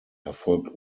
erfolgt